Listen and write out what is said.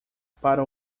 para